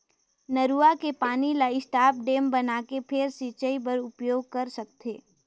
नरूवा के पानी ल स्टॉप डेम बनाके फेर सिंचई बर उपयोग कर सकथे